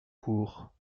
court